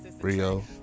Rio